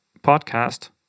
podcast